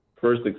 first